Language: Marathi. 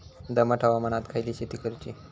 दमट हवामानात खयली शेती करूची?